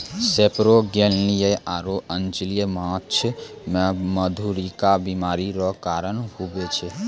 सेपरोगेलनिया आरु अचल्य माछ मे मधुरिका बीमारी रो कारण हुवै छै